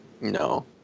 No